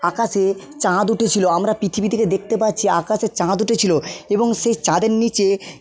আকাশে চাঁদ উঠেছিলো আমরা পৃথিবী থেকে দেখতে পাচ্ছি আকাশে চাঁদ উঠেছিলো এবং সে চাঁদের নিচে